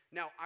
Now